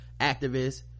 activists